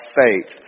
faith